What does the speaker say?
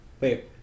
Wait